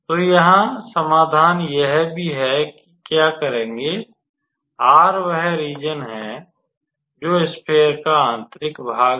तो यहां समाधान यह भी है कि क्या करेंगे R वह रीज़न है जो स्फेयर का आंतरिक भाग है